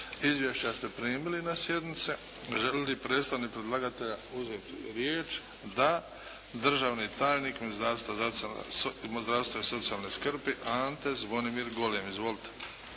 Izvješća ste primili na sjednici. Želi li izvjestitelj predlagatelja uzeti riječ? Da. Državni tajnik Ministarstva zdravstva i socijalne skrbi Ante Zvonimir Golem. Izvolite!